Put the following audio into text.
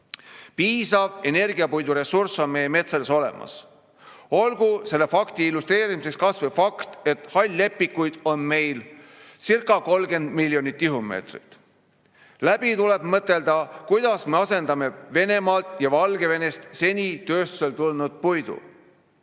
Piisav energiapuidu ressurss on meie metsades olemas. Olgu selle fakti illustreerimiseks kas või fakt, et hall-lepikuid on meilcirca30 miljonit tihumeetrit. Läbi tuleb mõtelda, kuidas me asendame Venemaalt ja Valgevenest seni tööstusele tulnud